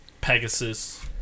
Pegasus